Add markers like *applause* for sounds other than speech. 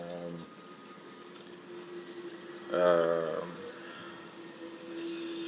um um *noise*